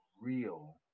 real